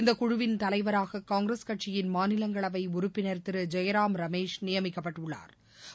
இந்த குழுவின் தலைவராக காங்கிரஸ் கட்சியின் மாநிலங்களவை உறுப்பினா் திரு ஜெயராம் ரமேஷ் நியமிக்கப்பட்டுள்ளாா்